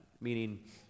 Meaning